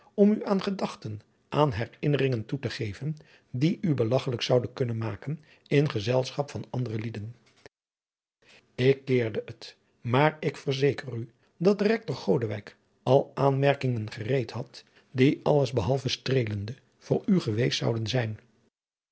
om u aan gedachten aan herinneringen toe te geven die u belagchelijk zouden kunnen maken in gezelschap van andere lieden ik keerde het maar ik verzeker u dat de rector godewijk al aanmerkingen gereed had die alles behalve streelende voor u geweest zouden zijn